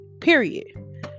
period